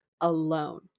alone